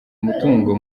umutungo